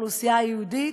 מהאוכלוסייה היהודית,